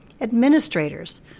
administrators